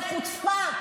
זו חוצפה.